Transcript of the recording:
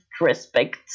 respect